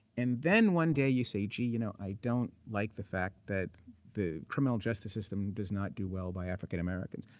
and then one day you say, gee, you know i don't like the fact that the criminal justice system does not do well by african americans.